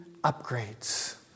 upgrades